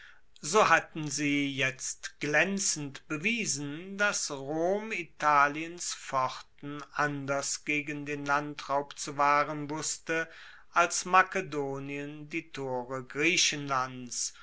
so hatten sie jetzt glaenzend bewiesen dass rom italiens pforten anders gegen den landraub zu wahren wusste als makedonien die tore griechenlands